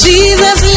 Jesus